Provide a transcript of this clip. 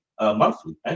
monthly